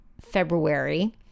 February